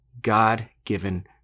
God-given